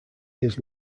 his